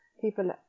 People